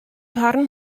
harren